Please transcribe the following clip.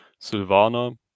Silvana